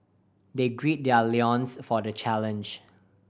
they gird their loins for the challenge